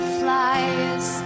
flies